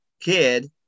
kid